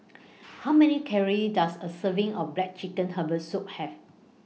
How Many Calories Does A Serving of Black Chicken Herbal Soup Have